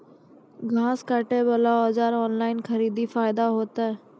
घास काटे बला औजार ऑनलाइन खरीदी फायदा होता?